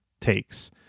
takes